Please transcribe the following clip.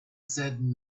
said